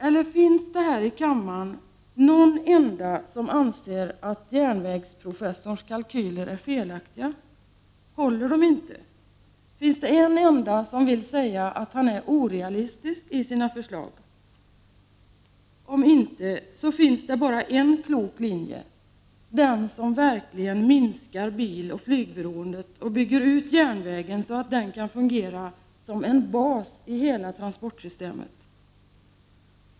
Eller finns det här i kammaren någon som anser att järnvägsprofessorns kalkyler är felaktiga eller att de inte håller? Finns det en enda som vill säga att han är orealistisk i sina förslag? Om inte, finns det bara en klok linje, nämligen den som verkligen minskar biloch flygberoendet och bygger ut järnvägen så att den kan fungera som en bas i hela transportsystemet.